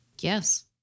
Yes